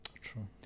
True